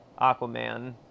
Aquaman